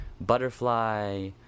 butterfly